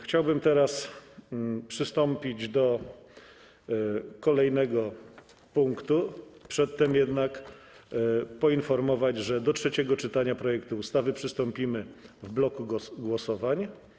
Chciałbym teraz przystąpić do kolejnego punktu, przedtem jednak poinformować, że do trzeciego czytania projektu ustawy przystąpimy w bloku głosowań.